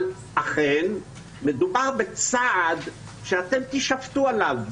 אבל אכן מדובר בצעד שאתם תישפטו עליו.